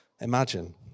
imagine